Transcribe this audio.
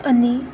अनि